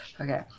Okay